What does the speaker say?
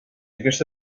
aquesta